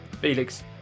Felix